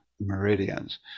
meridians